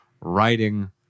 writing